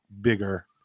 bigger